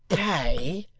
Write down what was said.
pay!